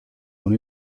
con